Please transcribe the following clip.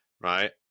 right